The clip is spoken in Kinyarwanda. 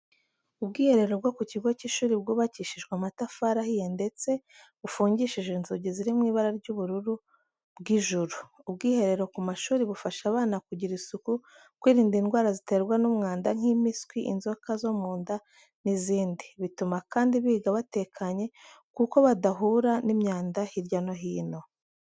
Ubwiherero bwo ku kigo cy'ishuri bwubakishije amatafari ahiye ndetse bufungishije inzugi ziri mu ibara ry'ubururu bw'ijuru. Ubwiherero ku mashuri bufasha abana kugira isuku, kwirinda indwara ziterwa n’umwanda nk'impiswi, inzoka zo mu nda n'izindi. Bituma kandi biga batekanye kuko badahura n'imyanda hirya no hino.